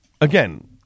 Again